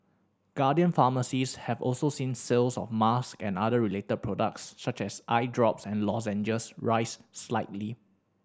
Guardian Pharmacies have also seen sales of masks and other related products such as eye drops and lozenges rise slightly